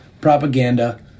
propaganda